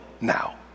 now